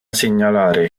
segnalare